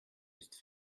ist